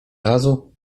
razu